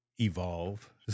evolve